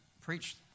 preach